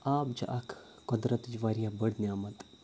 آب چھِ اَکھ قۄدرَتٕچ واریاہ بٔڈ نعمت